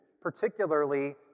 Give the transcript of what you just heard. particularly